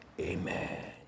amen